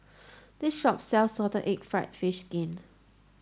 this shop sells salted egg fried fish skin